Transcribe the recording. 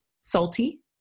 salty